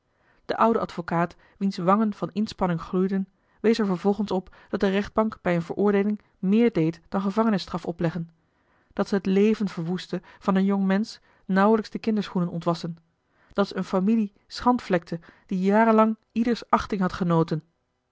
de oude advocaat wiens wangen van inspanning gloeiden wees er vervolgens op dat de rechtbank bij eene veroordeeling meer deed dan gevangenisstraf opleggen dat ze het leven verwoestte van een jongmensch nauwelijks de kinderschoenen ontwassen dat ze eene familie schandvlekte die jarenlang ieders achting had genoten